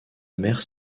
mère